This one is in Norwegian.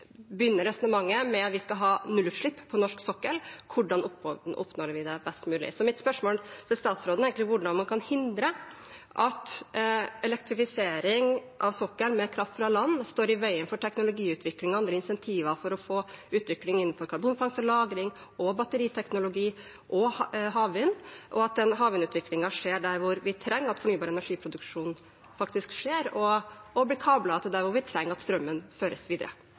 begynner resonnementet med at vi skal ha nullutslipp på norsk sokkel, og hvordan vi kan oppnå det best mulig. Så mitt spørsmål til statsråden er egentlig: Hvordan kan man hindre at elektrifisering av sokkelen med kraft fra land står i veien for teknologiutvikling og andre insentiver for å få utvikling innenfor karbonfangst og -lagring, batteriteknologi og havvind, og sørge for at den havvindutviklingen skjer der hvor vi trenger at fornybar energiproduksjon faktisk skjer, og blir kablet til der hvor vi trenger at strømmen føres videre?